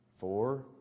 four